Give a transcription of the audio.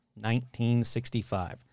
1965